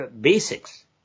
basics